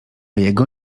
jego